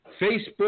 Facebook